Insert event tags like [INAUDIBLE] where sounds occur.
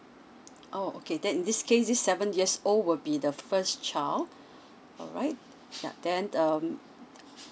oh okay then in this case this seven years old will be the first child alright ya then um [NOISE]